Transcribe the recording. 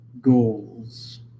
goals